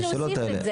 צריך להוסיף את זה.